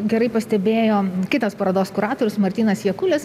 gerai pastebėjo kitas parodos kuratorius martynas jakulis